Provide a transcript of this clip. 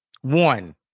One